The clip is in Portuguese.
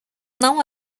não